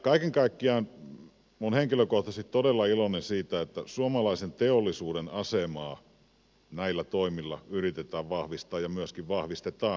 kaiken kaikkiaan olen henkilökohtaisesti todella iloinen siitä että suomalaisen teollisuuden asemaa näillä toimilla yritetään vahvistaa ja myöskin vahvistetaan